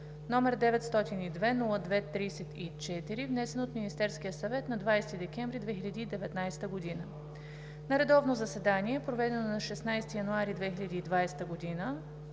№ 902-02-34, внесен от Министерския съвет на 20 декември 2019 г. На редовно заседание, проведено на 16 януари 2020 г.,